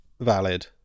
valid